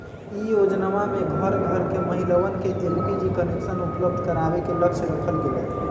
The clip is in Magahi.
ई योजनमा में घर घर के महिलवन के एलपीजी कनेक्शन उपलब्ध करावे के लक्ष्य रखल गैले